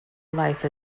life